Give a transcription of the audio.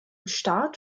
start